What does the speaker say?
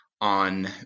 on